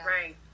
right